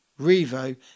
Revo